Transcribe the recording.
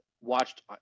watched –